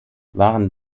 waren